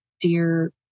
dear